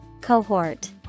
Cohort